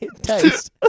taste